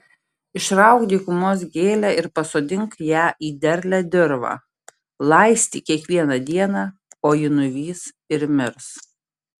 išrauk dykumos gėlę ir pasodink ją į derlią dirvą laistyk kiekvieną dieną o ji nuvys ir mirs